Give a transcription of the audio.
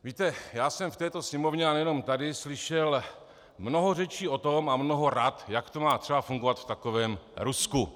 Víte, já jsem v této Sněmovně a nejenom tady slyšel mnoho řečí o tom a mnoho rad, jak to má třeba fungovat v takovém Rusku.